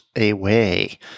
away